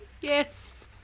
Yes